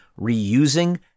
reusing